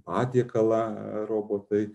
patiekalą robotai